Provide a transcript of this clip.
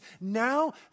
Now